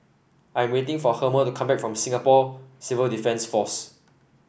I am waiting for Herma to come back from Singapore Civil Defence Force